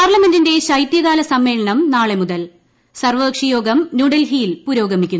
പാർലമെന്റിന്റെ ശൈതൃകാല സമ്മേളനം നാളെ മുതൽ ന് സർവ്വകക്ഷിയോഗം ന്യൂഡൽഹിയിൽ പുരോഗമിക്കുന്നു